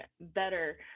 better